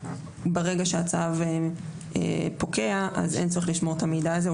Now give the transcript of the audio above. ברגע שהצו פוגע אז אין צורך לשמור את המידע הזה,